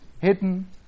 hidden